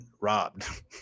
robbed